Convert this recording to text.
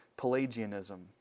Pelagianism